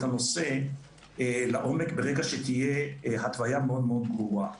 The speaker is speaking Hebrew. הנושא לעומק ברגע שתהיה התוויה ברורה.